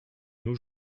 nos